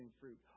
fruit